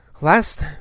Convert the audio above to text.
last